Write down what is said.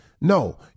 no